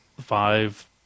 five